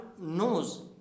knows